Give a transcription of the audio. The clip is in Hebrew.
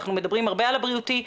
אנחנו מדברים הרבה על הבריאותי,